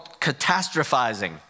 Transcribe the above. catastrophizing